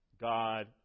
God